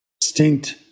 distinct